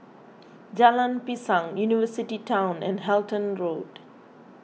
Jalan Pisang University Town and Halton Road